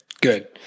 good